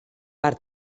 per